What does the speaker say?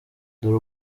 dore